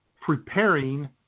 preparing